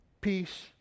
peace